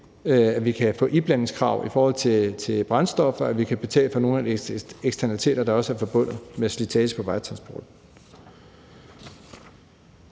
så vi kan få iblandingskrav i forhold til brændstoffer, og så vi kan få betalt for nogle af de eksternaliteter, der også er forbundet med slitage fra vejtransporten.